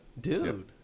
Dude